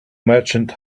merchant